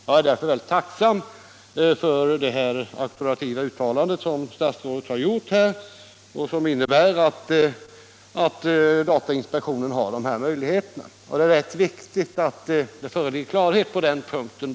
Jag är därför mycket tacksam för det auktoritativa uttalande som statsrådet gjort, vilket innebär att datainspektionen har de här möjligheterna. Det är rätt viktigt att det föreligger klarhet på den punkten.